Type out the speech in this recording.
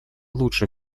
лучше